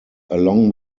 along